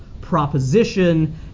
proposition